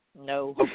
No